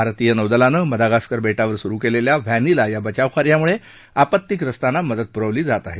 भारतीय नौदलानं मदागास्कर बेटावर सुरु केलेल्या व्हॅनिला या बचावकार्यामुळे आपत्तीप्रस्तांना मदत पुरवली जात आहे